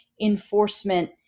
enforcement